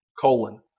colon